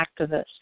activist